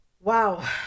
wow